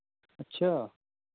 ਅੱਛਾ